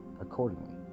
accordingly